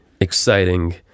exciting